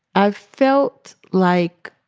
i felt like,